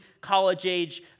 college-age